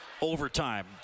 Overtime